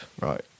right